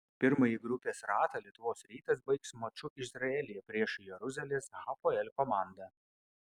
pirmąjį grupės ratą lietuvos rytas baigs maču izraelyje prieš jeruzalės hapoel komandą